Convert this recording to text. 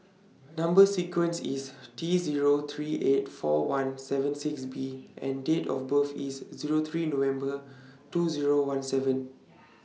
Number sequence IS T Zero three eight four one seven six B and Date of birth IS Zero three November two Zero one seven